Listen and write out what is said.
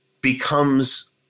becomes